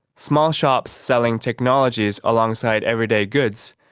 small shops selling technologies alongside everyday goods,